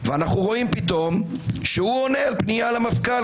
-- ואנחנו רואים פתאום שהוא עונה על פנייה למפכ"ל.